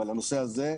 אבל לנושא הזה,